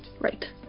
right